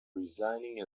resigning